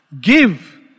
give